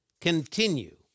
continue